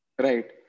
Right